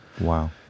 Wow